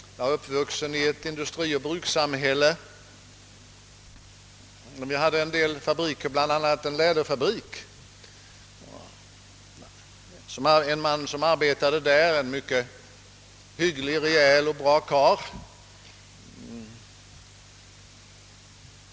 Jag är uppvuxen i ett industrioch brukssamhälle, där det bl.a. fanns en läderfabrik. Jag kände ganska väl en man som arbetade där — en hygglig, rejäl och bra karl.